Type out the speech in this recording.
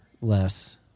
Less